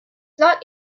not